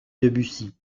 debussy